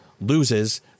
loses